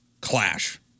clash